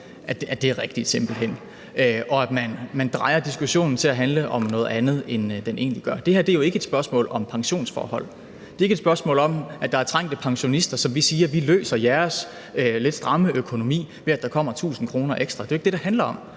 ikke er rigtigt – heller ikke, at man drejer diskussionen over til at handle om noget andet end det, den egentlig handler om. Det her er jo ikke et spørgsmål om pensionsforhold; det er ikke et spørgsmål om, at der er trængte pensionister, til hvem vi siger: Vi løser jeres lidt stramme økonomi ved, at der kommer 1.000 kr. ekstra. Det er jo ikke det, det handler om.